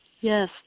Yes